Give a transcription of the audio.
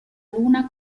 luna